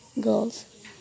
girls